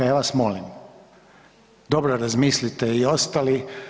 Ja vas molim dobro razmislite i ostali.